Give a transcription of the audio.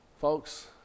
Folks